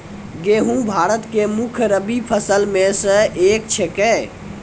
गेहूँ भारत के मुख्य रब्बी फसल मॅ स एक छेकै